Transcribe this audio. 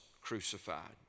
crucified